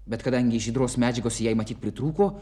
bet kadangi žydros medžiagos jai matyt pritrūko